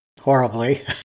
horribly